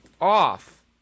off